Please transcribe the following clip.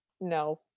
no